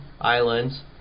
Islands